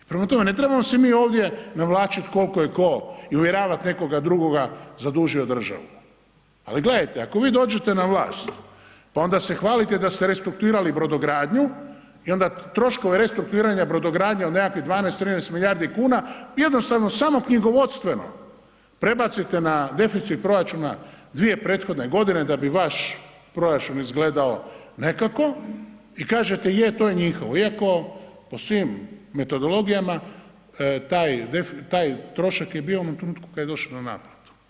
Prema tome, ne trebamo se mi ovdje navlačit koliko je tko i uvjeravat nekoga drugoga zadužio državu, ali gledajte ako vi dođete na vlast, pa onda ste hvalite da ste restrukturirali brodogradnju i onda troškove restrukturiranja brodogradnje od nekakvih 12, 13 milijardi kuna jednostavno samo knjigovodstveno prebacite na deficit proračuna dvije prethodne godine da bi vaš proračun izgledao nekako i kažete je to je njihovo, iako po svim metodologijama taj trošak je bio u onom trenutku kada je došao na naplatu.